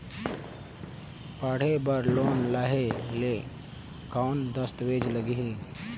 पढ़े बर लोन लहे ले कौन दस्तावेज लगही?